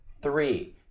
three